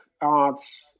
arts